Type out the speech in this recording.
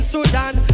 Sudan